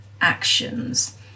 Actions